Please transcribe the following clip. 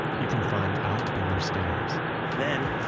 you can find outdoor stairs then,